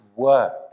work